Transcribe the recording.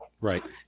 Right